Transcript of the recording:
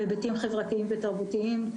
בהיבטים חברתיים ותרבותיים,